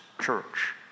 church